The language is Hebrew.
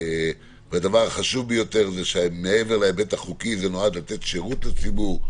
והדבר החשוב ביותר זה שמעבר להיבט החוקי זה נועד לתת שירות לציבור,